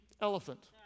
elephant